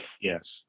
yes